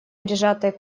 прижатой